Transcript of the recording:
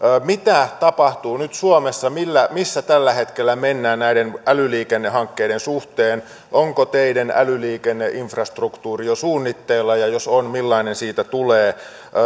mitä tapahtuu nyt suomessa missä tällä hetkellä mennään näiden älyliikennehankkeiden suhteen onko teiden älyliikenne infrastruktuuri jo suunnitteilla ja jos on millainen siitä tulee